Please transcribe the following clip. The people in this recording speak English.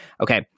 Okay